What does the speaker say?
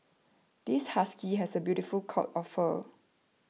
this husky has a beautiful coat of fur